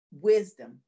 wisdom